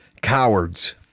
Cowards